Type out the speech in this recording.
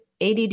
ADD